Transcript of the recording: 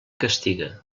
castiga